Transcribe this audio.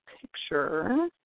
picture